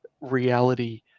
reality